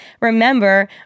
remember